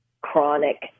chronic